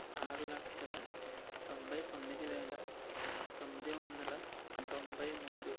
ఆరు లక్షల తొంభై తొమ్మిది వేల తొమ్మిది వందల తొంభై మూడు